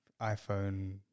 iphone